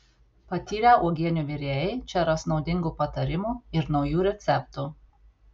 patyrę uogienių virėjai čia ras naudingų patarimų ir naujų receptų